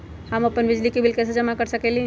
हम अपन बिजली बिल कैसे जमा कर सकेली?